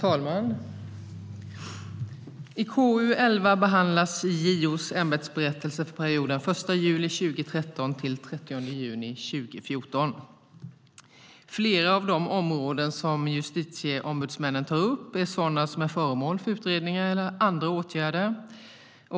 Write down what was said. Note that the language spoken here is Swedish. Herr talman! I KU11 behandlas JO:s ämbetsberättelse för perioden från den 1 juli 2013 till den 30 juni 2014. Flera av de områden som justitieombudsmännen tar upp är sådana som är föremål för utredningar eller andra åtgärder.